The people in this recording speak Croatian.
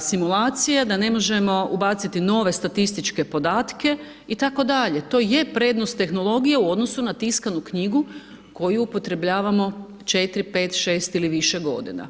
simulacije, da ne možemo ubaciti nove statističke podatke itd. to je prednost tehnologije u odnosu na tiskanu knjigu koju upotrebljavamo 4, 5, 6 ili više godina.